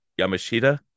Yamashita